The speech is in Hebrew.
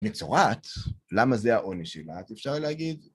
מצורעת, למה זה העונש שלה? אפשר להגיד